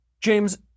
James